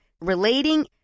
relating